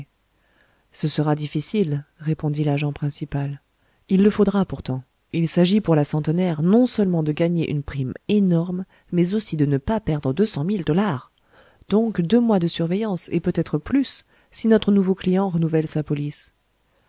ce sera difficile répondit l'agent principal il le faudra pourtant il s'agit pour la centenaire non seulement de gagner une prime énorme mais aussi de ne pas perdre deux cent mille dollars donc deux mois de surveillance et peut-être plus si notre nouveau client renouvelle sa police